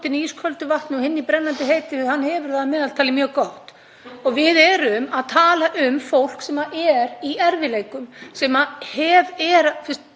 bara virkilega að stríða við erfiðleika núna, og við þurfum að koma því til aðstoðar. Ég sé ekki að það bæti stöðu ríkissjóðs nokkuð að fólk borgi hærri vexti. Og annað: